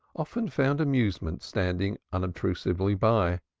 often found amusement standing unobtrusively by.